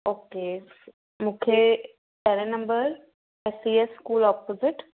ओ के मूंखे पहिरे number S C S school opposite